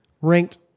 ranked